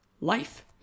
life